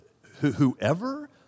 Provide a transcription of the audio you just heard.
Whoever